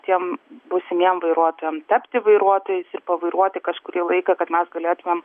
tiem būsimiem vairuotojam tapti vairuotojais ir pavairuoti kažkurį laiką kad mes galėtumėm